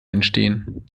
entstehen